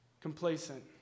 complacent